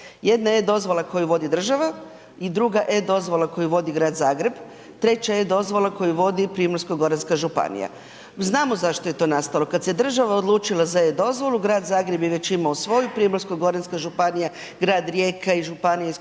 Jedna e-dozvola koji vodi država i druga e-dozvola koju vodi grad Zagreba, treća e-dozvola koju vodi Primorsko-goranska županija. Znamo zašto je to nastalo, kad se država odlučila za e-dozvolu grad Zagreb je već imao svoju, Primorsko-goranska županija, grad Rijeka i županija iz